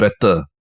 Better